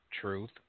Truth